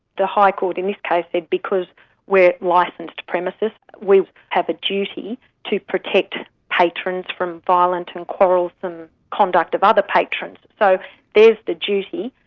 the high court in this case said because we're licensed premises, we have a duty to protect patrons from violent and quarrelsome conduct of other patrons. so there's the duty.